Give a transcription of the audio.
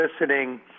listening